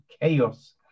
chaos